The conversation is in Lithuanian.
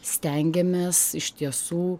stengiamės iš tiesų